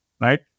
Right